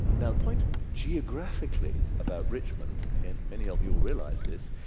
now the point of geographically about richmond, and many of you'll realize this,